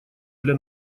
для